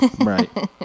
right